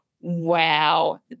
wow